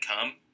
come